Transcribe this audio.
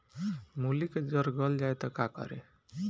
मूली के जर गल जाए त का करी?